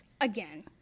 Again